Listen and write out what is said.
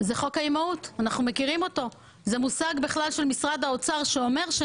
אנחנו יודעים מה זה בחירות ברשויות מקומיות.